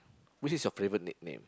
which is your favorite nickname